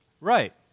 right